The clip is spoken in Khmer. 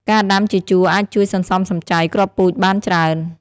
ការដាំជាជួរអាចជួយសន្សំសំចៃគ្រាប់ពូជបានច្រើន។